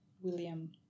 William